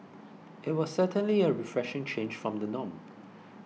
it was certainly a refreshing change from the norm